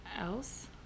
else